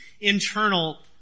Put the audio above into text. internal